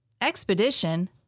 Expedition